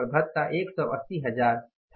और भत्ता एक सौ अस्सी हजार था